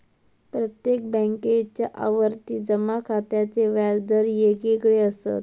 प्रत्येक बॅन्केच्या आवर्ती जमा खात्याचे व्याज दर येगयेगळे असत